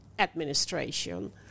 Administration